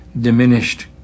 diminished